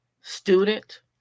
student